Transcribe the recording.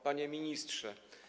Panie Ministrze!